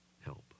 help